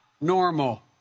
normal